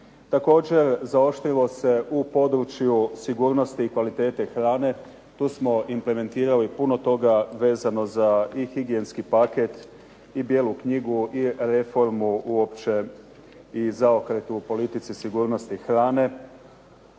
Također, zaoštrilo se u području sigurnosti i kvalitete hrane. Tu smo implementirali puno toga vezano i za higijenski paket i bijelu knjigu, i reformu uopće i zaokret u politici sigurnosti hrane.